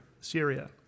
Syria